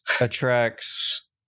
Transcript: attracts